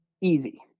easy